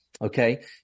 Okay